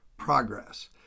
progress